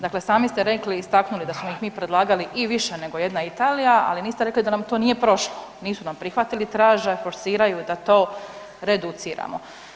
Dakle, sami ste rekli i istaknuli da smo ih mi predlagali i više nego jedna Italija, ali niste nam rekli da nam to nije prošlo, nisu nam prihvatili, traže, forsiraju da to reduciramo.